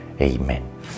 Amen